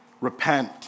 repent